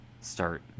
Start